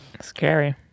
Scary